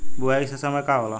बुआई के सही समय का होला?